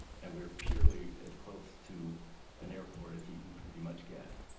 and we're purely as close to an airport as you can pretty much get,